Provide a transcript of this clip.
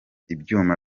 ibyuma